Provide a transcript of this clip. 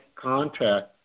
contact